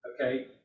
okay